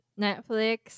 Netflix